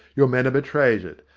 your manner betrays it.